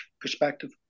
perspective